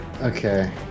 Okay